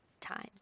times